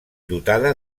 dotada